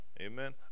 Amen